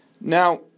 Now